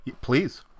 Please